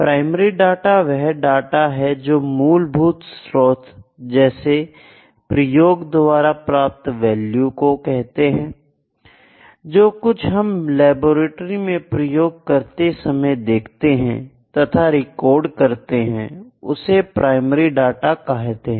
primary data वह data है जो मूलभूत स्रोत जैसे प्रयोग द्वारा प्राप्त वैल्यू को कहते हैं जो कुछ हम लैबोरेट्री में प्रयोग करते समय देखते हैं तथा रिकॉर्ड करते हैं उसे प्राइमरी डाटा कहते हैं